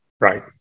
Right